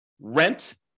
rent